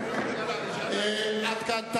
עד כאן,